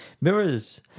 Mirrors